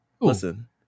Listen